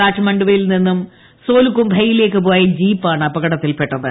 കാഠ്മണ്ഡുവിൽ നിന്നും സോലുകുംഭൂവിലേയ്ക്കു പോയ ജീപ്പാണ് അപകടത്തിൽപ്പെട്ടത്